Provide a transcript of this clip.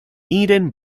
eden